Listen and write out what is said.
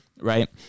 Right